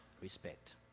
respect